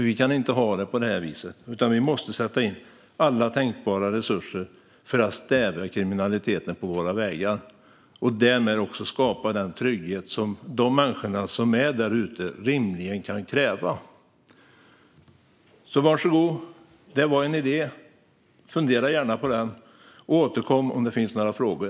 Vi kan inte ha det så här, utan vi måste sätta in alla tänkbara resurser för att stävja kriminaliteten på våra vägar och skapa den trygghet som människorna där ute rimligen kan kräva. Var så god! Fundera gärna på denna idé och återkom om det finns några frågor.